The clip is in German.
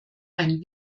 ein